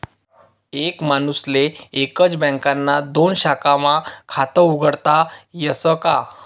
एक माणूसले एकच बँकना दोन शाखास्मा खातं उघाडता यस का?